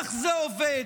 כך זה עובד